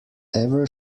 ever